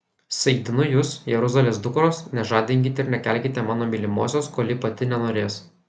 saikdinu jus jeruzalės dukros nežadinkite ir nekelkite mano mylimosios kol ji pati nenorės